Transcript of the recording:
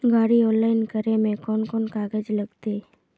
गाड़ी ऑनलाइन करे में कौन कौन कागज लगते?